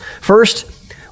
First